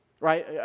right